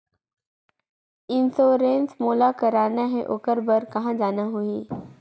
Insurance मोला कराना हे ओकर बार कहा जाना होही?